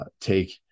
take